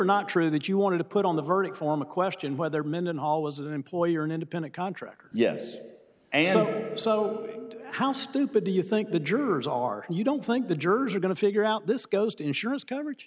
not true that you wanted to put on the verdict form a question whether men and all was an employer an independent contractor yes and if so how stupid do you think the jurors are you don't think the jurors are going to figure out this goes to insurance coverage